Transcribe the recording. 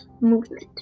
movement